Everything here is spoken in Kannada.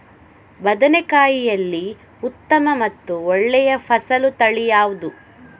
ಬದನೆಕಾಯಿಯಲ್ಲಿ ಉತ್ತಮ ಮತ್ತು ಒಳ್ಳೆಯ ಫಸಲು ತಳಿ ಯಾವ್ದು?